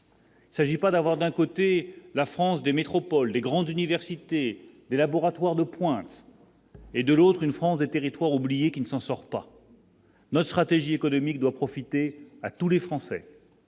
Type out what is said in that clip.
perd. S'agit pas d'avoir d'un côté, la France des métropoles des grandes universités et laboratoires de pointe. Et de l'autre une France des territoires oubliés qui ne s'en sort pas. Notre stratégie économique doit profiter à tous les Français.